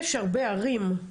יש חקיקה שמסדירה את זה.